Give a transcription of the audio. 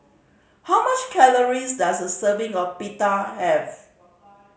how much calories does a serving of Pita have